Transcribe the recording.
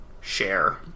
share